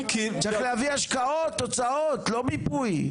צריך להביא השקעות, תוצאות, לא מיפוי.